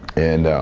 and